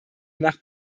nach